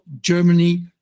Germany